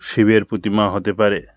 শিবের প্রতিমা হতে পারে